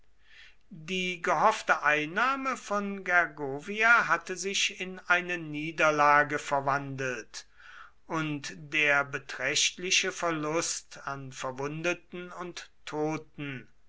die gehoffte einnahme von gergovia hatte sich in eine niederlage verwandelt und der beträchtliche verlust an verwundeten und toten